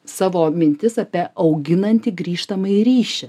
savo mintis apie auginantį grįžtamąjį ryšį